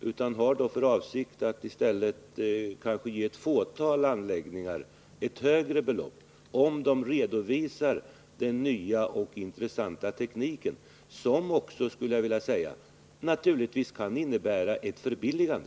Man har i stället för avsikt att kanske ge ett fåtal anläggningar ett högre belopp, om de redovisar den nya och intressanta tekniken, som naturligtvis också kan innebära ett förbilligande.